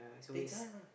they die lah